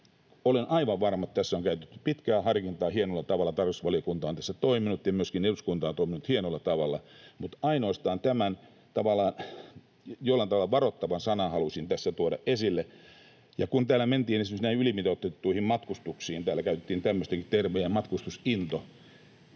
Olen aivan varma, että tässä on käytetty pitkää harkintaa. Hienolla tavalla tarkastusvaliokunta on tässä toiminut, ja myöskin eduskunta on toiminut hienolla tavalla, mutta halusin tässä tuoda esille ainoastaan tämän jollain tavalla varoittavan sanan. Ja kun täällä mentiin esimerkiksi näihin ylimitoitettuihin matkustuksiin — täällä käytettiin tämmöistäkin termiä kuin ”matkustusinto”